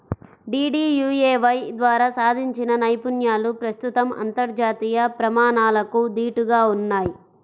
DDUAY ద్వారా సాధించిన నైపుణ్యాలు ప్రస్తుతం అంతర్జాతీయ ప్రమాణాలకు దీటుగా ఉన్నయ్